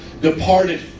departed